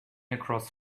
across